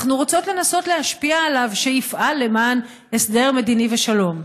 אנחנו רוצות לנסות להשפיע עליו שיפעל למען הסדר מדיני ושלום.